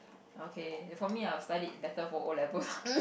okay for me I would have studied better for o-levels